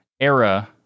era